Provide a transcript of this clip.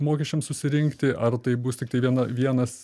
mokesčiams susirinkti ar tai bus tiktai viena vienas